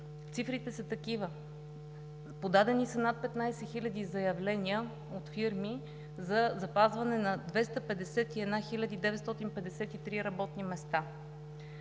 Цифрите са такива: подадени са над 15 хиляди заявления от фирми за запазване на 251 хиляди 953 работни места.